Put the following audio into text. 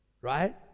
Right